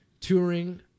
touring